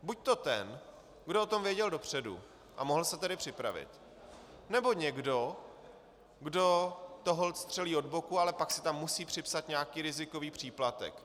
Buďto ten, kdo o tom věděl dopředu, a mohl se tedy připravit, nebo někdo, kdo to holt střelí od boku, ale pak si tam musí připsat nějaký rizikový příplatek.